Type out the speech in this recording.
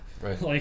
Right